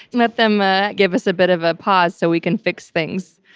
let them ah give us a bit of a pause so we can fix things.